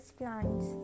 plants